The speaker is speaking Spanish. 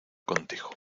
contigo